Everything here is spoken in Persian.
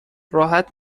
راحت